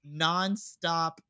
nonstop